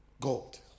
gold